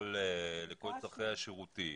לכל נותני השירותים,